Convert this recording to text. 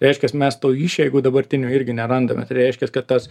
reiškias mes tų išeigų dabartinių irgi nerandame tai reiškias kad tas